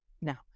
Now